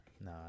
Nah